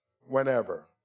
Whenever